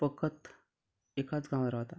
फकत एकाच गांवा रावता